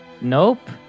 Nope